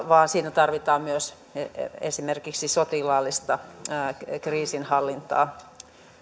vaan siinä tarvitaan myös esimerkiksi sotilaallista kriisinhallintaa